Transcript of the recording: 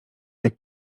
jak